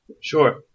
Sure